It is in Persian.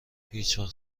هیچوقت